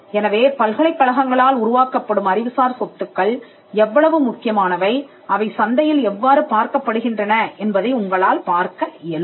எனவே பல்கலைக்கழகங்களால் உருவாக்கப்படும் அறிவுசார் சொத்துக்கள் எவ்வளவு முக்கியமானவை அவை சந்தையில் எவ்வாறு பார்க்கப்படுகின்றன என்பதை உங்களால் பார்க்க இயலும்